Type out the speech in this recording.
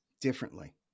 differently